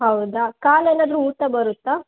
ಹೌದಾ ಕಾಲು ಏನಾದ್ರೂ ಊತ ಬರುತ್ತಾ